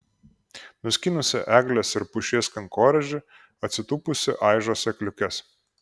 nuskynusi eglės ar pušies kankorėžį atsitūpusi aižo sėkliukes